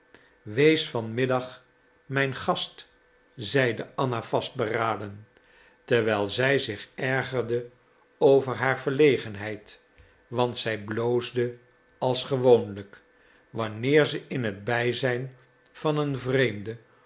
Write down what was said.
wees van middag mijn gast zeide anna vastberaden terwijl zij zich ergerde over haar verlegenheid want zij bloosde als gewoonlijk wanneer ze in het bijzijn van een vreemde